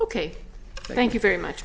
ok thank you very much